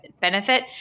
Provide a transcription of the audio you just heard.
benefit